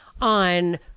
on